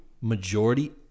majority